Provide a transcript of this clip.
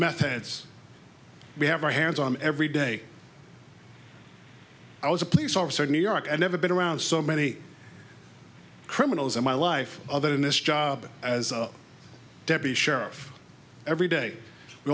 methods we have our hands on every day i was a police officer in new york and never been around so many criminals in my life other than this job as a deputy sheriff every day